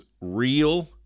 real